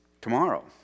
tomorrow